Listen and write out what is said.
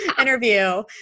interview